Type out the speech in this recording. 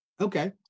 Okay